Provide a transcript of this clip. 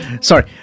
sorry